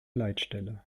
leitstelle